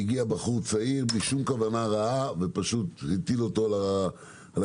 והגיע בחור צעיר בלי שום כוונה לרעה והפיל אותו על המדרכה.